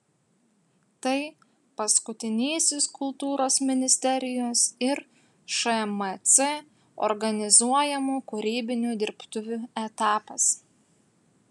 tai paskutinysis kultūros ministerijos ir šmc organizuojamų kūrybinių dirbtuvių etapas